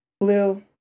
blue